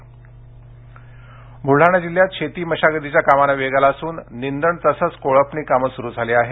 intro Buldhana Buldhana जिल्ह्यात शेती मशागतीच्या कामांना वेग आला असून निंदण तसेच कोळपणी कामे सुरु झाली आहेत